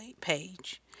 page